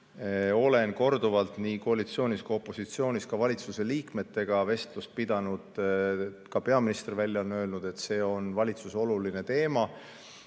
Olen korduvalt nii koalitsioonis kui ka opositsioonis valitsuse liikmetega vestelnud, ka peaminister on välja öelnud, et see on valitsuse jaoks oluline teema.